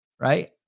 right